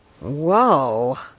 Whoa